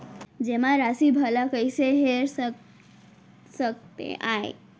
जेमा राशि भला कइसे हेर सकते आय?